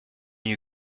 you